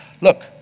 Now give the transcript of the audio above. Look